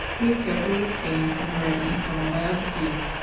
we have carefully abstained from the writing of formal biographies.